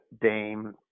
Dame